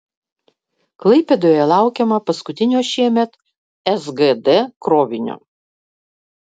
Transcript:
klaipėdoje laukiama paskutinio šiemet sgd krovinio